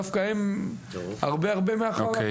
דווקא הם הרבה הרבה מאחור.